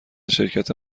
شرکت